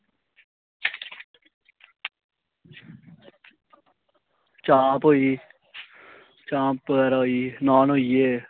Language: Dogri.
चाम्प होई चाम्प होई नॉन बगैरा होई गे